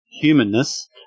humanness